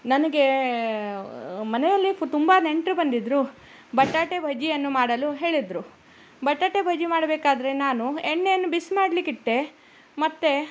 ನನಗೆ ಮನೆಯಲ್ಲಿ ಫು ತುಂಬ ನೆಂಟರು ಬಂದಿದ್ದರು ಬಟಾಟೆ ಬಜ್ಜಿಯನ್ನು ಮಾಡಲು ಹೇಳಿದರು ಬಟಾಟೆ ಬಜ್ಜಿ ಮಾಡಬೇಕಾದ್ರೆ ನಾನು ಎಣ್ಣೆಯನ್ನು ಬಿಸಿ ಮಾಡಲಿಕ್ಕಿಟ್ಟೆ ಮತ್ತೆ